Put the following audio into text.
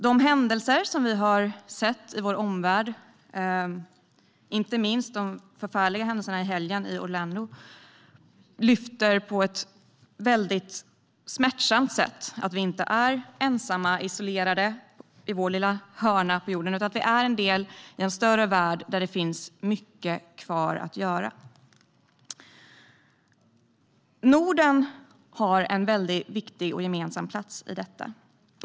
De händelser som vi har sett i vår omvärld, inte minst de förfärliga händelserna i helgen i Orlando, lyfter på ett smärtsamt sätt upp att vi inte är ensamma och isolerade i vår lilla hörna på jorden utan att vi är en del i en större värld där det finns mycket kvar att göra. Norden har en viktig och gemensam plats i detta.